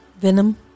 Venom